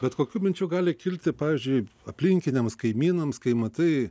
bet kokių minčių gali kilti pavyzdžiui aplinkiniams kaimynams kai matai